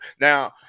Now